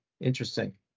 interesting